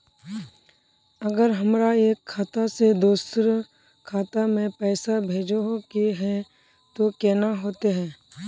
अगर हमरा एक खाता से दोसर खाता में पैसा भेजोहो के है तो केना होते है?